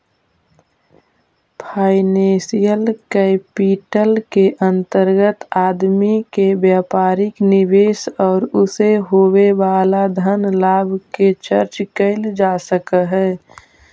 financial capital के अंतर्गत आदमी के व्यापारिक निवेश औउर उसे होवे वाला धन लाभ के चर्चा कैल जा सकऽ हई